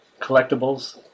collectibles